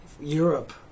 Europe